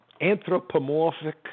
anthropomorphic